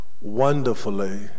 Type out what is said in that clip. wonderfully